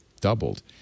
Doubled